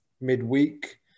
midweek